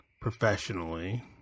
professionally